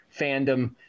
fandom